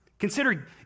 Consider